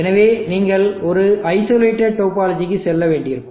எனவே நீங்கள் ஒரு ஐசோலேட்டடு டோபாலஜிக்கு செல்ல வேண்டியிருக்கும்